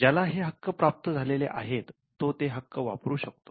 ज्याला हे हक्क प्राप्त झालेले आहेत तो ते हक्क वापरू शकतो